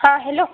हा हेलो